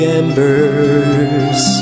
embers